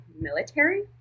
military